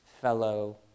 fellow